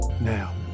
Now